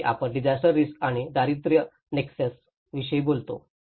आणि जिथे आपण डिझास्टर रिस्क आणि दारिद्र्य नेक्सस विषयी बोललो